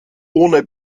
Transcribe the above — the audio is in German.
ohne